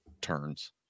turns